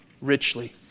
richly